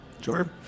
Sure